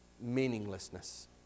meaninglessness